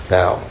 now